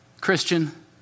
Christian